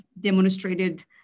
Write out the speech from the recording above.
demonstrated